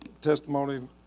testimony